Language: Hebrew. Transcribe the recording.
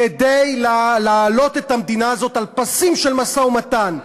כדי להעלות את המדינה הזאת על פסים של משא-ומתן.